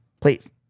please